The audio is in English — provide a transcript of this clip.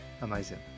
Amazing